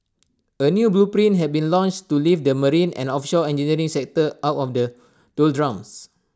A new blueprint have been launched to lift the marine and offshore engineering sector out of the doldrums